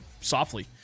softly